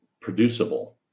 producible